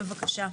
בבקשה.